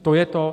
To je to.